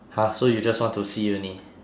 !huh! so you just want to see only